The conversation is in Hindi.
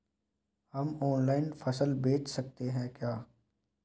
हम ऑनलाइन फसल बेच सकते हैं क्या?